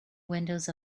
windows